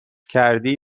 کردی